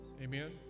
Amen